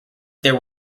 there